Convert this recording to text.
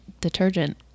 detergent